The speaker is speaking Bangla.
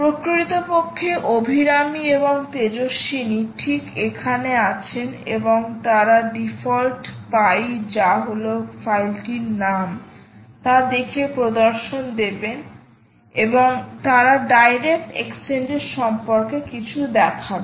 প্রকৃতপক্ষে অভিরামী এবং তেজস্বিনী ঠিক এখানে আছেন এবং তারা ডিফল্ট পাই default py যা হলো ফাইলটির নাম তা দেখিয়ে প্রদর্শন দেবেন এবং তারা ডাইরেক্ট এক্সচেঞ্জ এর সম্পর্কে কিছু দেখাবেন